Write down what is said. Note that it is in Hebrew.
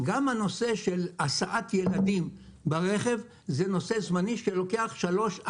גם הנושא של הסעת ילדים ברכב זה נושא זמני שלוקח שלוש,